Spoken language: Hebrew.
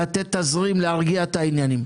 לתת תזרים, להרגיע את העניינים.